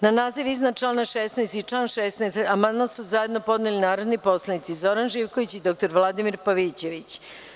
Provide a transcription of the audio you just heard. Na naziv iznad člana 16. i član 16. amandman su zajedno podneli narodni poslanici Zoran Živković i dr Vladimir Pavićević.